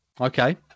Okay